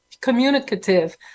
communicative